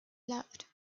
loved